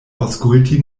aŭskulti